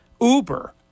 uber